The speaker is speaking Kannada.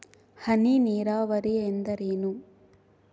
ಹನಿ ನೇರಾವರಿ ಎಂದರೇನು?